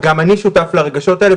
גם אני שותף לרגשות האלה,